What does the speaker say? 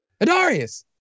Adarius